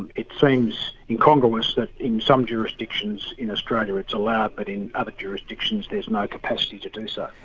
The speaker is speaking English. and it seems incongruous that in some jurisdictions in australia it's allowed but in other jurisdictions there is no capacity to do so.